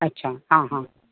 अच्छा आं हां